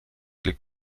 liegt